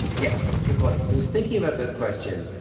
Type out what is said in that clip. yes, it's recording i was thinking about that question,